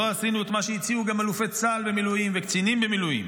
לא עשינו את מה שהציעו גם אלופי צה"ל במילואים וקצינים במילואים.